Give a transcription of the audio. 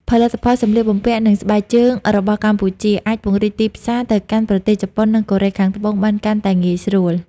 ផលិតផលសម្លៀកបំពាក់ និងស្បែកជើងរបស់កម្ពុជា អាចពង្រីកទីផ្សារទៅកាន់ប្រទេសជប៉ុន និងកូរ៉េខាងត្បូងបានកាន់តែងាយស្រួល។